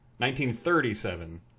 1937